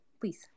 please